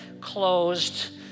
closed